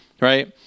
right